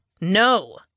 no